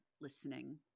listening